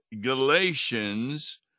Galatians